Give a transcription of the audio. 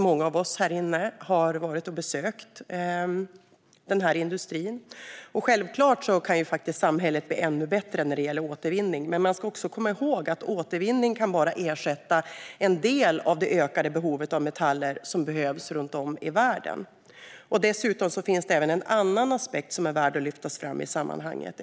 Många av oss här inne har besökt denna industri. Självfallet kan samhället bli ännu bättre när det gäller återvinning, men man ska komma ihåg att återvinning bara kan ersätta en del av det ökande behovet av metaller som behövs runt om i världen. Dessutom finns även en annan aspekt som är värd att lyftas fram i sammanhanget.